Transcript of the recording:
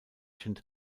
agent